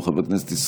אוריאל